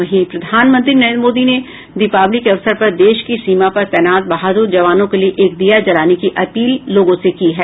वहीं प्रधानमंत्री नरेन्द्र मोदी ने दीपावली के अवसर पर देश की सीमा पर तैनात बहादुर जवानों के लिए एक दीया जलाने की अपील लोगों से की है